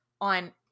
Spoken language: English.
on